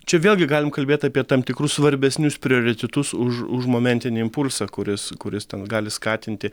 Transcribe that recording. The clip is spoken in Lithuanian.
čia vėlgi galim kalbėt apie tam tikrus svarbesnius prioritetus už už momentinį impulsą kuris kuris ten gali skatinti